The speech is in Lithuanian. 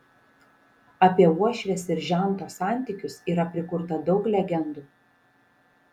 apie uošvės ir žento santykius yra prikurta daug legendų